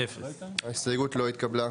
0 ההסתייגות לא התקבלה.